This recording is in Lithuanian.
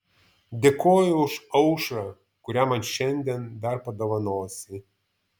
dėkoju už aušrą kurią man šiandien dar padovanosi